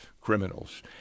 criminals